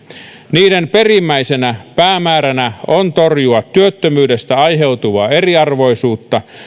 niiden perimmäisenä päämääränä on torjua työttömyydestä aiheutuvaa eriarvoisuutta